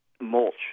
mulch